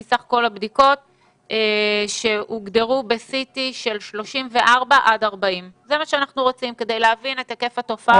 מסך כל הבדיקות שהוגדרו ב-CT של 34 עד 40 כדי להבין את היקף התופעה,